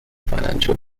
financial